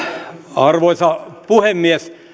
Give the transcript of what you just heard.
arvoisa puhemies